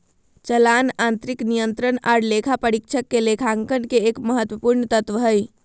चालान आंतरिक नियंत्रण आर लेखा परीक्षक के लेखांकन के एक महत्वपूर्ण तत्व हय